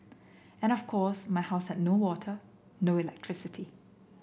and of course my house had no water no electricity